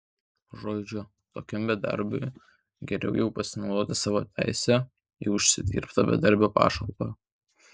žodžiu tokiam bedarbiui geriau jau pasinaudoti savo teise į užsidirbtą bedarbio pašalpą